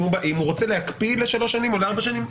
אם הוא רוצה להקפיא לשלוש שנים או לארבע שנים,